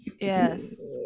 Yes